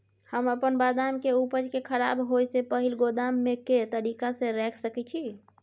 हम अपन बदाम के उपज के खराब होय से पहिल गोदाम में के तरीका से रैख सके छी?